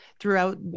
throughout